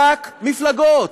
רק מפלגות.